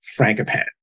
Frankopan